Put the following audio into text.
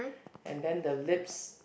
and then the lips